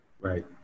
right